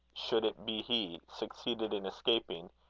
should it be he, succeeded in escaping,